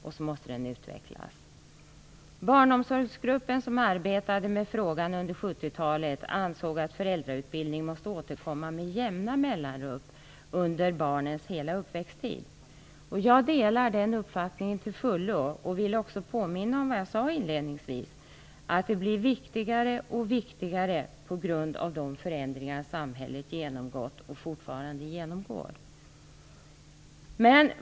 Dessutom måste den utvecklas. Barnomsorgsgruppen, som arbetade med frågan under 70-talet, ansåg att föräldrautbildning måste återkomma med jämna mellanrum under ett barns hela uppväxttid. Jag delar den uppfattningen till fullo och vill påminna om vad jag inledningsvis sade: Detta blir allt viktigare på grund av de förändringar som samhället genomgått och fortfarande genomgår.